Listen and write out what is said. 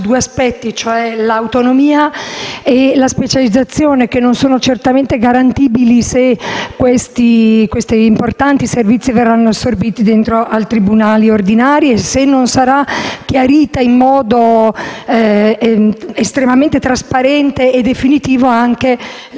e la specializzazione, che non sono certamente garantibili se questi importanti servizi verranno assorbiti dai tribunali ordinari e se non sarà chiarita in modo estremamente trasparente e definitivo anche la funzione esclusiva